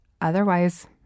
otherwise